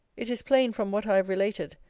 it is plain, from what i have related,